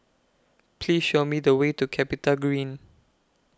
Please Show Me The Way to Capitagreen